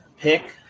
pick